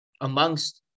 amongst